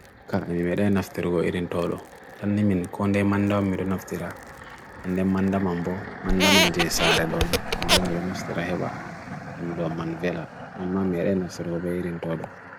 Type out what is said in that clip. Ka am mere naf thirgo irin tolo. Tan nimin konde mando am mere naf thirgo. An dem manda mambo, manda man jesar adoni. Kanjo am mere naf thirgo hewa. Nam doa manvela. Amma mere naf thirgo be irin tolo.